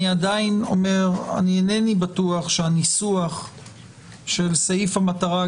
עדיין אינני בטוח שהניסוח של סעיף המטרה,